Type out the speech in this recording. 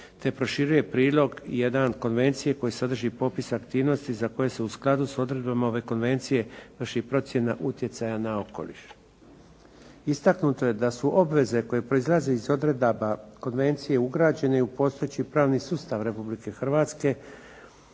te proširuje prilog jedan konvencije koji sadrži popis aktivnosti za koje se u skladu s odredbama ove konvencije vrši procjena utjecaja na okoliš. Istaknuto je da su obveze koje proizlaze iz odredaba konvencije ugrađene i postojeći pravni sustav Republike Hrvatske